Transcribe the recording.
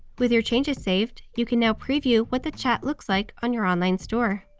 with your changes saved, you can now preview what the chat looks like on your online store.